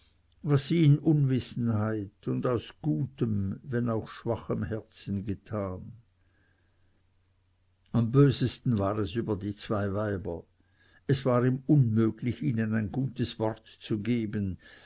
was sie in unwissenheit und aus gutem wenn auch schwachem herzen getan am bösten war es über die zwei weiber es war ihm unmöglich ihnen ein gutes wort zu geben